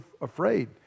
afraid